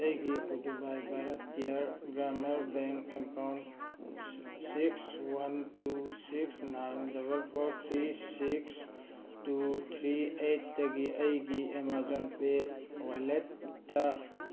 ꯑꯩꯒꯤ ꯄꯨꯗꯨꯕꯥꯏ ꯚꯥꯔꯠꯇꯤꯌꯔ ꯒ꯭ꯔꯥꯃꯥ bank account six one two six nine double four three six two three ꯑꯦꯠꯇꯒꯤ ꯑꯩꯒꯤ ꯑꯦꯃꯥꯖꯣꯟ ꯄꯦ ꯋꯦꯂꯦꯠꯇ